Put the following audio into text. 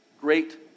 great